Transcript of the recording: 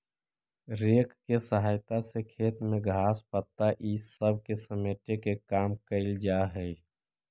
rake के सहायता से खेत में घास, पत्ता इ सब के समेटे के काम कईल जा हई